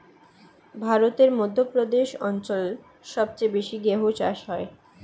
ভারতের মধ্য প্রদেশ অঞ্চল সবচেয়ে বেশি গেহু চাষ হয়